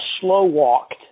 slow-walked